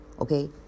Okay